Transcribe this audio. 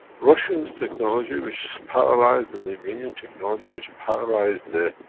russians technology which paralyzed, and the iranian technology which paralyzed the